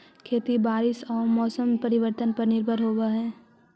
खेती बारिश आऊ मौसम परिवर्तन पर निर्भर होव हई